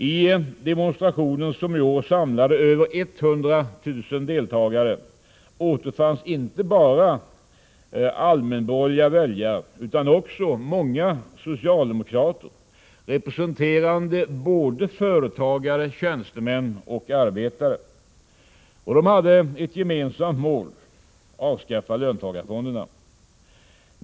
I demonstrationen, som i år samlade över 100 000 deltagare, återfanns inte bara allmänborgerliga väljare utan också många socialdemokrater, representerande såväl företagare som tjänstemän och arbetare. De hade ett gemensamt mål: Avskaffa löntagarfonderna!